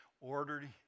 ordered